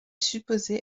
supposé